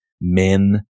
men